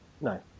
no